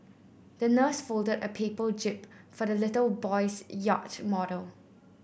the nurse folded a paper jib for the little boy's yacht model